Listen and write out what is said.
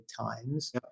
times